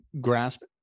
grasp